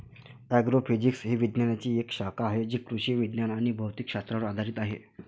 agrophysics ही विज्ञानाची एक शाखा आहे जी कृषी विज्ञान आणि भौतिक शास्त्रावर आधारित आहे